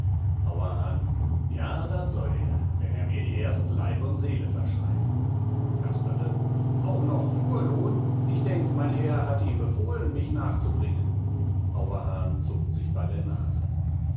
auerhahn ja das soll er wenn er mir erst leib und seele verschreibt casperle auch noch fuhrlohn ich denk mein herr hat ihm befohlen mich nachzubringen auerhahn zupft sich bei der nase